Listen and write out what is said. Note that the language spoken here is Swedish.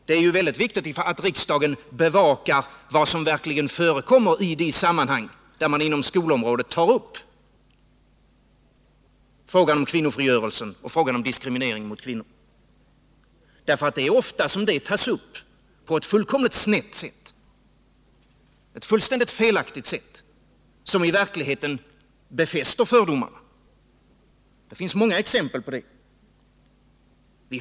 Det är väldigt viktigt att riksdagen bevakar vad som verkligen förekommer i de sammanhang då man inom skolområdet tar upp kvinnofrigörelsen och diskrimineringen mot kvinnor. Ofta tas dessa frågor upp på ett fullkomligt snett och felaktigt sätt, som i verkligheten befäster fördomarna. Det finns många exempel på detta.